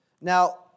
Now